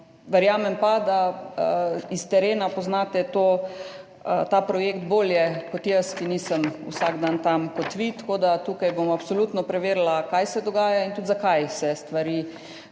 Verjamem pa, da s terena poznate ta projekt bolje kot jaz, ki nisem vsak dan tam kot vi. Tako da tukaj bom absolutno preverila, kaj se dogaja in tudi to, zakaj se stvari tako dogajajo.